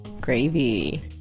Gravy